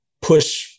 push